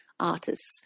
artists